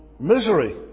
misery